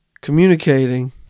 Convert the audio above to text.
Communicating